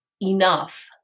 enough